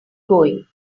going